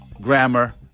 Grammar